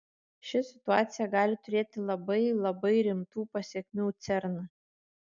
ši situacija gali turėti labai labai rimtų pasekmių cern